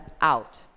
out